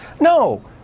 no